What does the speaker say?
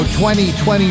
2020